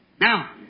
Now